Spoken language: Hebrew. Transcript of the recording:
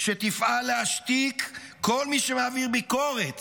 שתפעל להשתיק כל מי שמעביר ביקורת